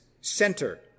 center